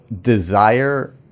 desire